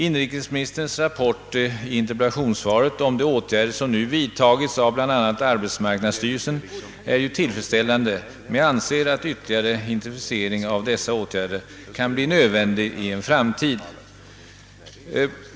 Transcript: Inrikesministerns rapport i svaret om de åtgärder som nu har vidtagits av bl.a. arbetsmarknadsstyrelsen är tillfredsställande, men jag anser att ytterligare intensifierinig av dessa åtgärder kan bli nödvändig i framtiden.